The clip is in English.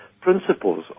principles